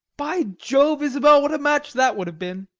by jove, isabel, what a match that would have been!